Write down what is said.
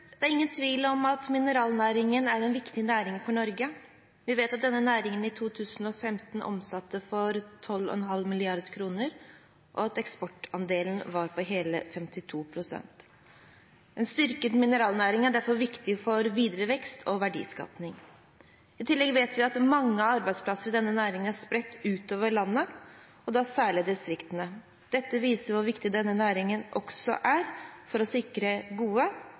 ingen tvil om at mineralnæringen er en viktig næring for Norge. Vi vet at denne næringen i 2015 omsatte for 12,5 mrd. kr, og at eksportandelen var på hele 52 pst. En styrket mineralnæring er derfor viktig for videre vekst og verdiskaping. I tillegg vet vi at mange av arbeidsplassene i denne næringen er spredt utover landet, og da særlig i distriktene. Dette viser hvor viktig denne næringen også er for å sikre gode,